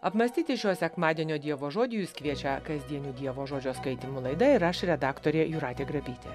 apmąstyti šio sekmadienio dievo žodį jus kviečia kasdienių dievo žodžio skaitymų laida ir aš redaktorė jūratė grabytė